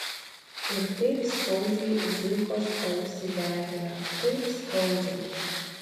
ir taip skaudžiai zuikos ausį degina taip skaudžiai